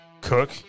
Cook